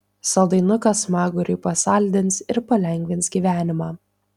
saldainukas smaguriui pasaldins ir palengvins gyvenimą